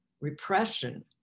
repression